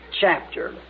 chapter